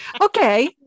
Okay